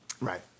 Right